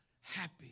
happy